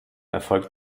erfolg